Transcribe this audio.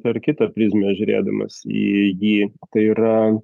per kitą prizmę žiūrėdamas į jį tai yra